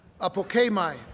apokemai